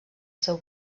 seu